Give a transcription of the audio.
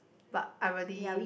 but I really